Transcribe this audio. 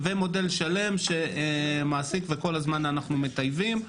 ומודל שלם שמעסיק וכל הזמן אנחנו מטייבים.